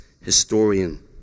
historian